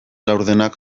laurdenak